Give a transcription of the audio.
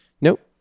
Nope